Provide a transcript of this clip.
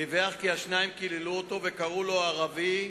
דיווח כי השניים קיללו אותו וקראו לו "ערבי,